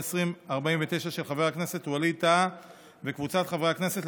של חבר הכנסת ווליד טאהא וקבוצת חברי הכנסת,